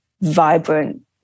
vibrant